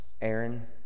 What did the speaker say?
Aaron